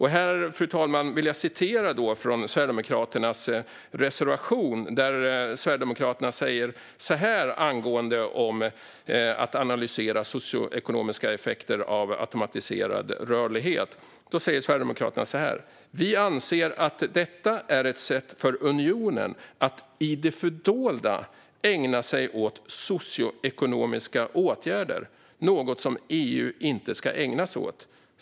Här, fru talman, vill jag citera ur Sverigedemokraternas reservation, där de säger så här angående att analysera socioekonomiska effekter av automatiserad rörlighet: "Vi anser att detta är ett sätt för unionen att i det fördolda ägna sig åt socioekonomiska åtgärder, något som EU inte ska ägna sig åt."